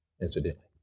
incidentally